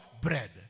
bread